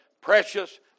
precious